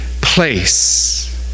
place